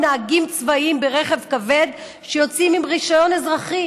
נהגים צבאיים ברכב כבד יוצאים עם רישיון אזרחי